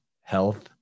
health